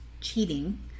cheating